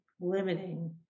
limiting